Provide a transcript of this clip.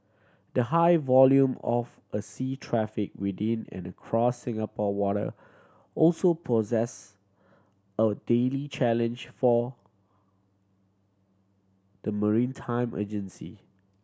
the high volume of a sea traffic within and across Singapore water also process a daily challenge for the maritime agency